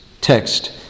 text